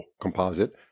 composite